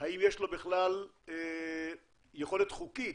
האם יש לו בכלל יכולת חוקית,